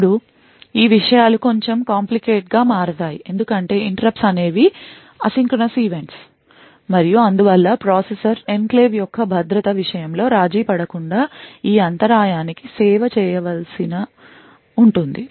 ఇప్పుడు ఈ విషయాలు కొంచెం కంప్లికేట్ గా మారతాయి ఎందుకంటే interrupts అనేవి asynchronous events మరియు అందువల్ల ప్రాసెసర్ ఎన్క్లేవ్ యొక్క భద్రత విషయంలో రాజీ పడకుండా ఈ అంతరాయానికి సేవ చేయవలసి ఉంటుంది